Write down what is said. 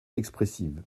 expressive